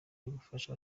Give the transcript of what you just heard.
gufasha